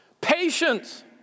Patience